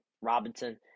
Robinson